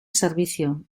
servicio